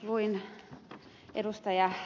luin ed